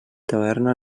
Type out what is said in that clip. taverna